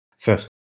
First